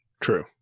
True